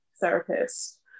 therapist